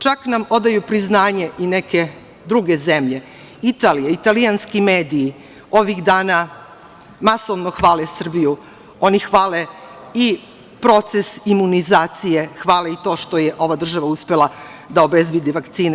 Čak nam odaju priznanje i neke druge zemlje, Italija, italijanski mediji ovih dana masovno hvale Srbiju, oni hvale i proces imunizacije, hvale i to što je ova država uspela da obezbedi vakcine.